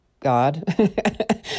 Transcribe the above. God